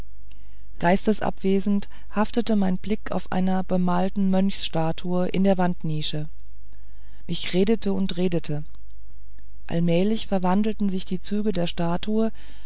geistesabwesend haftete mein blick auf einer bemalten mönchsstatue in der wandnische ich redete und redete allmählich verwandelten sich die züge der statue